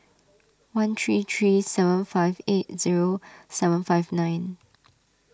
one three three seven five eight zero seven five nine